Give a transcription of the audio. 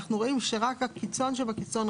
אנחנו רואים שרק הקיצון שבקיצון,